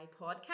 podcast